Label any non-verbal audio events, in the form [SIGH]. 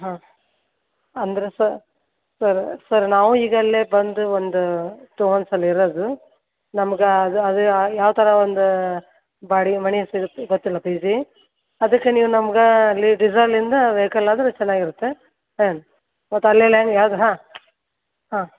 ಹಾಂ ಅಂದರೆ ಸ ಸರ್ ಸರ್ ನಾವು ಈಗಲ್ಲೇ ಬಂದು ಒಂದು ಟೂ ಮಂತ್ಸ್ ಅಲ್ಲಿರೋದು ನಮ್ಗೆ ಅದು ಅದು ಯಾವ ಥರ ಒಂದು ಬಾಡಿಗೆ ಮನೆ ಸಿಗುತ್ತೆ ಗೊತ್ತಿಲ್ಲ ಪಿ ಜಿ ಅದಕ್ಕೆ ನೀವು ನಮ್ಗೆ ಅಲ್ಲಿ ಡಿಸಲಿಂದ ವೆಹಿಕಲ್ ಆದರೆ ಚೆನ್ನಾಗಿರುತ್ತೆ [UNINTELLIGIBLE] ಮತ್ತು ಅಲ್ಲೆಲ್ಲೆಂಗೆ ಯಾವುದು ಹಾಂ ಹಾಂ